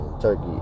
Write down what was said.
turkey